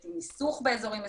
יש מיסוך באזורים מסוימים.